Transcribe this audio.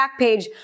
Backpage